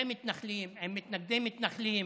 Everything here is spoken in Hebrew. תומכי מתנחלים עם מתנגדי מתנחלים,